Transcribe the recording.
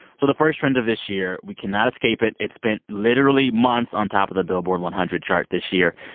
so the first trend of this year, we cannot escape it. it spent literally months on top of the billboard one hundred chart this year.